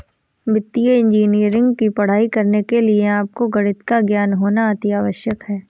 वित्तीय इंजीनियरिंग की पढ़ाई करने के लिए आपको गणित का ज्ञान होना अति आवश्यक है